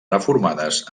reformades